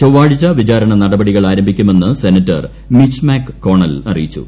ചൊവ്വാഴ്ച വിചാരണ നടപടികൾ ആരംഭിക്കുമെന്ന് സെനറ്റർ മിച്ച് മാക് കോണൽ അറിയിച്ചു